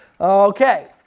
Okay